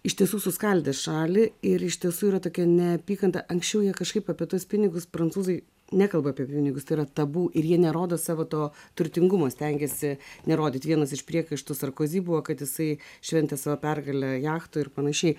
iš tiesų suskaldė šalį ir iš tiesų yra tokia neapykanta anksčiau jie kažkaip apie tuos pinigus prancūzai nekalba apie pinigus yra tabu ir jie nerodo savo to turtingumo stengiasi nerodyti vienas iš priekaištų sarkozy buvo kad jisai šventė savo pergalę jachtoj ir panašiai